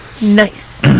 nice